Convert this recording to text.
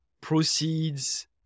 proceeds